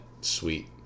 sweet